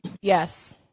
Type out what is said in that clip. Yes